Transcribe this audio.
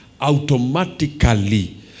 automatically